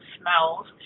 smells